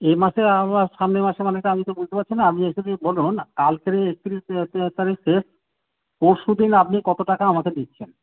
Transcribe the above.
এই মাসে আবার সামনের মাসে মানে তো আমি তো বুঝতে পারছি না আপনি বলুন কালকের একত্রিশ তারিখ শেষ পরশু দিন আপনি কত টাকা আমাকে দিচ্ছেন